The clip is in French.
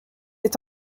est